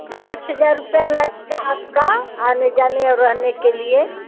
पाँच हजार रुपये लग गया आने जाने और रहने के लिए